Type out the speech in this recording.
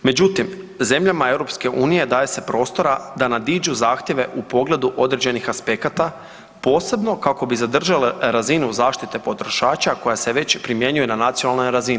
Međutim, zemljama EU daje se prostora da nadiđu zahtjeve u pogledu određenih aspekata posebno kako bi zadržale razinu zaštite potrošača koja se već primjenjuje na nacionalnoj razini.